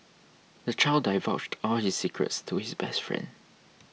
the child divulged all his secrets to his best friend